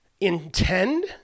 Intend